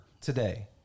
today